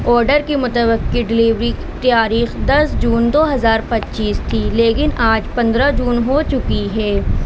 order کے متوقع کی ڈلیوری تاریخ دس جون دو ہزار پچیس تھی لیکن آج پندرہ جون ہو چکی ہے